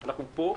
כן, אני אומר שוב.